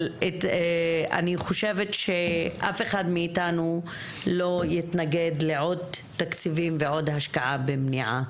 אבל אני חושבת שאף אחד מאתנו לא יתנגד לעוד תקציבים ועוד השקעה במניעה.